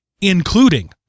including